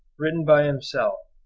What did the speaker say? written by himself,